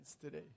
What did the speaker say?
today